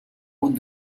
route